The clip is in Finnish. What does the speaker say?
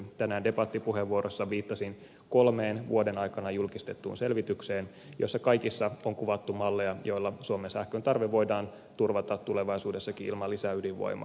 tänään debattipuheenvuorossa viittasin kolmeen vuoden aikana julkistettuun selvitykseen jossa kaikissa on kuvattu malleja joilla suomen sähköntarve voidaan turvata tulevaisuudessakin ilman lisäydinvoimaa